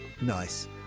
nice